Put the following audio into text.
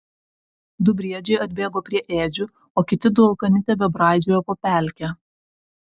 du briedžiai atbėgo prie ėdžių o kiti du alkani tebebraidžiojo po pelkę